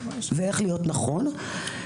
ואיך להיות נכון.